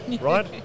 right